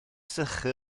sychu